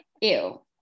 Ew